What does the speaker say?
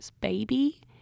baby